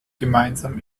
gemeinsam